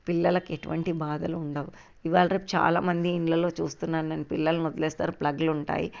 పిల్లలకి ఎటువంటి బాధలు ఉండవు ఇవాళ రేపు చాలా మంది ఇండ్లలో చూస్తున్నాను నేను పిల్లలను వదిలేస్తారు ప్లగ్లు ఉంటాయి